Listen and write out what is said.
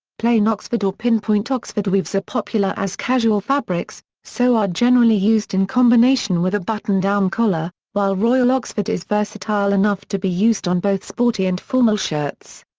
plain oxford or pinpoint oxford weaves are popular as casual fabrics, so are generally used in combination with a button-down collar, while royal oxford is versatile enough to be used on both sporty and formal shirts.